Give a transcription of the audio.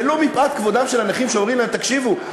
ולו מפאת כבודם של הנכים שאומרים להם: תקשיבו,